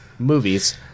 movies